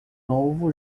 novo